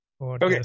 Okay